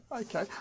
okay